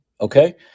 okay